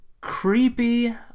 creepy